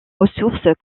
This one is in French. ressources